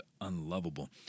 unlovable